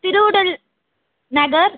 Thiruvidal Nagar